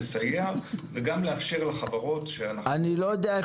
לסייע וגם לאפשר לחברות --- אני לא יודע איך